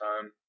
time